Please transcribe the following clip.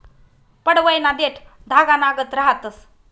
पडवयना देठं धागानागत रहातंस